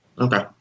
Okay